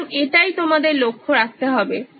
সুতরাং এটাই তোমাদের লক্ষ্য রাখতে হবে